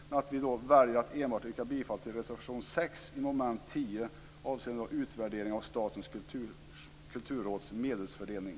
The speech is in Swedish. Men vi väljer att yrka bifall endast till reservation 6 under mom. 10, avseende utvärdering av Statens kulturråds medelsfördelning.